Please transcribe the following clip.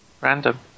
Random